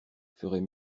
ferait